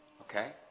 Okay